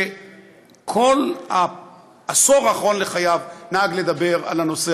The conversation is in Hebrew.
שכל העשור האחרון לחייו נהג לדבר על הנושא